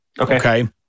Okay